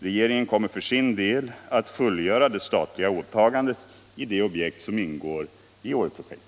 Regeringen kommer för sin del att fullgöra det statliga åtagandet i de objekt som ingår i Åreprojektet.